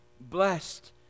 Blessed